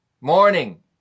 morning